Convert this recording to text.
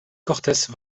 cortes